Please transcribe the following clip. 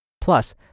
Plus